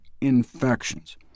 infections